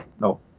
no